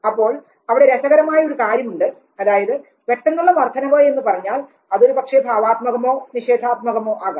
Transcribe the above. അപ്പോൾ അവിടെ രസകരമായ ഒരു കാര്യമുണ്ട് അതായത് പെട്ടെന്നുള്ള വർദ്ധനവ് എന്ന് പറഞ്ഞാൽ അതൊരുപക്ഷേ ഭാവാത്മകമോ നിഷേധാത്മകമോ ആകാം